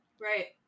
Right